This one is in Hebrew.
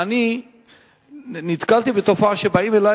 המדינה הזאת, אלא אם כן